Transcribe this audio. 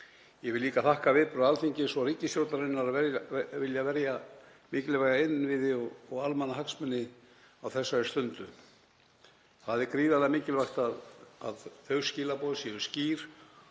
Ég vil líka þakka viðbrögð Alþingis og ríkisstjórnarinnar að vilja verja mikilvæga innviði og almannahagsmuni á þessari stundu. Það er gríðarlega mikilvægt að þau skilaboð séu skýr